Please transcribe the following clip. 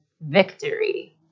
victory